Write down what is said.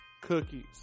cookies